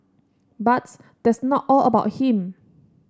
but that's not all about him